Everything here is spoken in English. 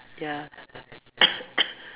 ya